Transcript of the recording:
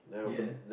ya